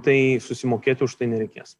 tai susimokėti už tai nereikės